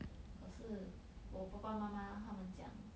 可是我爸爸妈妈他们讲